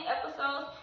episodes